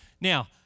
Now